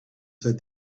said